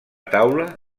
taula